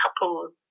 couples